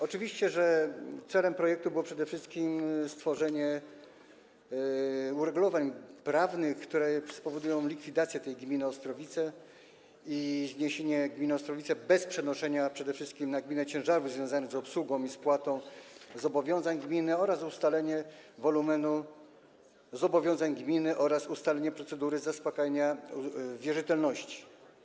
Oczywiście celem projektu było przede wszystkim stworzenie uregulowań prawnych mających na celu likwidację gminy Ostrowice, zniesienie gminy Ostrowice bez przenoszenia przede wszystkim na gminę ciężarów związanych z obsługą i spłatą zobowiązań gminy, a także ustalenie wolumenu zobowiązań gminy oraz procedury zaspokajania wierzytelności.